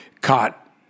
caught